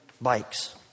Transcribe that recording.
bikes